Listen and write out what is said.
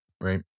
right